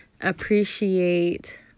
appreciate